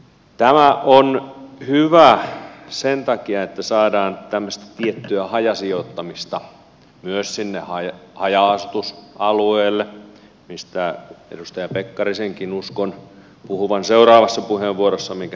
tämä on hyvä sen takia että saadaan tämmöistä tiettyä hajasijoittamista myös sinne haja asutusalueelle mistä edustaja pekkarisenkin uskon puhuvan seuraavassa puheenvuorossa minkä hän juuri varasi